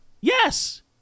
Yes